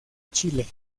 chile